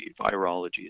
virology